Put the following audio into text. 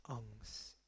angst